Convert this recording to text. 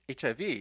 HIV